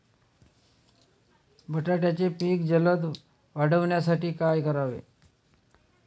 बटाट्याचे पीक जलद वाढवण्यासाठी काय करावे?